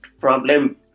problem